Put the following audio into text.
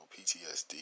PTSD